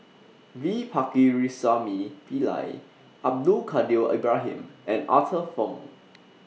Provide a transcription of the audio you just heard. V Pakirisamy Pillai Abdul Kadir Ibrahim and Arthur Fong